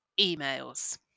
emails